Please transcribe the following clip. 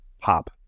pop